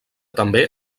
també